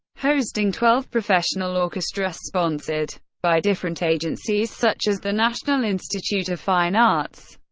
hosting twelve professional orchestras sponsored by different agencies such as the national institute of fine arts,